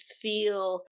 feel